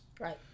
Right